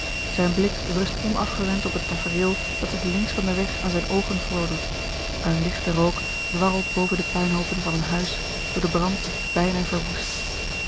zijn blik rust onafgewend op het tafereel dat zich links van den weg aan zijne oogen voordoet een ligte rook dwarlt boven de puinhoopen van een huis door den brand bijna verwoest